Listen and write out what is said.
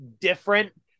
different